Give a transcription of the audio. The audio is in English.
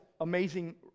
amazing